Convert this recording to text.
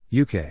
UK